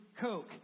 Coke